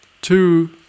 two